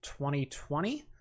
2020